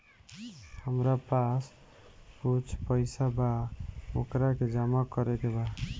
हमरा पास कुछ पईसा बा वोकरा के जमा करे के बा?